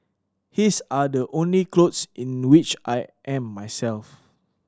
his are the only clothes in which I am myself